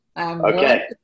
Okay